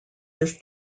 this